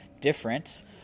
different